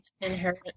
inherent